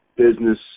business